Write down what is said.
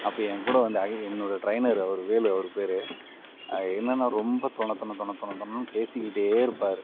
அப்போ என் கூட வந்து என்னோட ட்ரைன்னர் அவரு வேலு அவர் பேர் என்னன்னா ரொம்ப தொணதொண தொணதொணன்னு பேசிக்கிட்டே இருப்பார்